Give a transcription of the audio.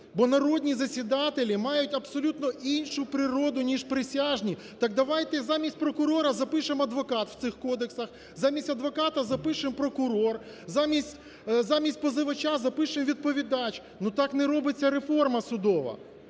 бо народні засідателі мають абсолютно іншу природу ніж присяжні. Так, давайте замість прокурора запишемо "адвокат" в цих кодексах, замість адвоката запишемо "прокурор", замість позивача запишемо "відповідач". Ну, так не робиться реформа судова.